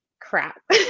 crap